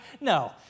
No